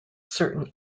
certain